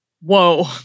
Whoa